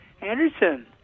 Anderson